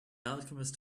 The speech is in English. alchemist